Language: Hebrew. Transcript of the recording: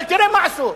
אבל תראה מה עשו,